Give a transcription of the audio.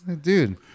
Dude